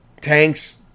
tanks